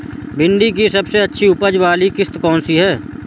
भिंडी की सबसे अच्छी उपज वाली किश्त कौन सी है?